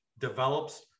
develops